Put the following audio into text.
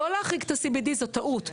לא להחריג את ה-CBD זו טעות.